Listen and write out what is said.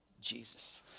Jesus